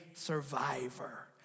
survivor